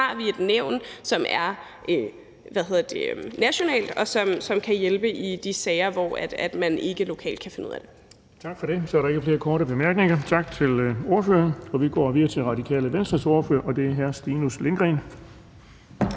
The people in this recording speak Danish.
så har vi et nævn, som er nationalt, og som kan hjælpe i de sager, hvor man ikke lokalt kan finde ud af det.